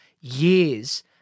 years